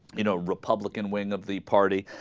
you know republican wing of the party